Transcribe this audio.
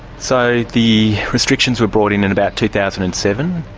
so the restrictions were brought in in about two thousand and seven.